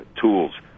tools